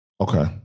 Okay